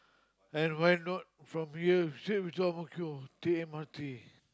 and why not from here straight away to double kill take M_R_T